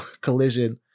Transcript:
collision